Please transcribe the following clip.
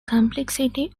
complexity